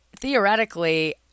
theoretically